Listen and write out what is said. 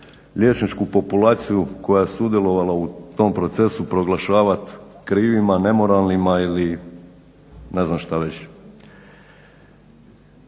liječničku populaciju koja je sudjelovala u tom procesu proglašavati krivima, nemoralnima ili ne znam što već.